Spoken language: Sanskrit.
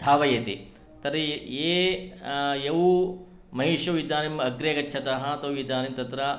धावयति तत्र ये यौ महीषौ इदानीम् अग्रे गच्छतः तौ इदानीन्तत्र